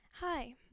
Hi